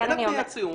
אין התניית סיום.